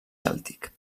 cèltic